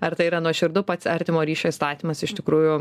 ar tai yra nuoširdu pats artimo ryšio įstatymas iš tikrųjų